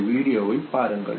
இந்த வீடியோவை பாருங்கள்